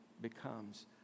becomes